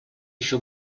еще